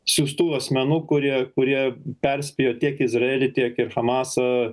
siųstuvų asmenų kurie kurie perspėjo tiek izraelį tiek ir hamasą